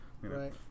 Right